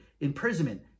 imprisonment